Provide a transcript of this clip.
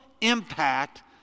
impact